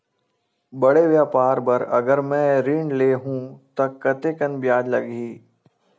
बड़े व्यापार बर अगर मैं ऋण ले हू त कतेकन ब्याज लगही?